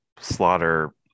slaughter